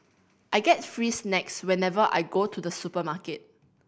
I get free snacks whenever I go to the supermarket